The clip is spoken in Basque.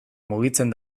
mugitzen